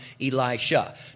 Elisha